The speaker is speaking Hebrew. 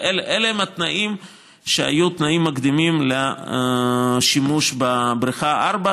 אלה הם התנאים שהיו תנאים מקדימים לשימוש בבריכה 4,